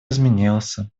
изменился